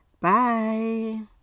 Bye